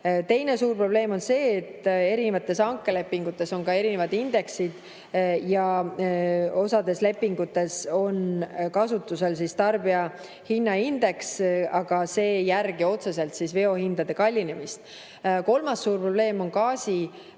Teine suur probleem on see, et erinevates hankelepingutes on ka erinevad indeksid ja osas lepingutes on kasutusel tarbijahinnaindeks, aga see ei järgi otseselt veohindade kallinemist. Kolmas suur probleem on